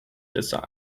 decide